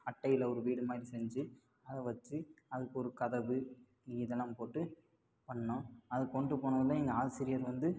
அட்டையில் ஒரு வீடுமாதிரி செஞ்சு அதை வச்சு அதுக்கு ஒரு கதவு இதெல்லாம் போட்டு பண்ணோம் அது கொண்டு போனோடனே எங்கள் ஆசிரியர் வந்து